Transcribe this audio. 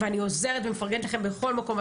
ואני עוזרת ומפרגנת לכם בכל מקום,